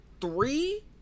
three